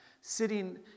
sitting